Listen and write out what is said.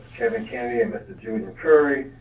kevin kennedy, and mr. jr, fury,